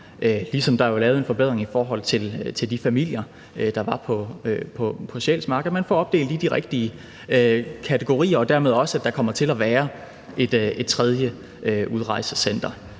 ligesom der jo er lavet en forbedring for de familier, der var på Sjælsmark, ved at man får opdelt det i de rigtige kategorier – og at der dermed også kommer til at være et tredje udrejsecenter.